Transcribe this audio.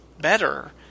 better